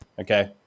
okay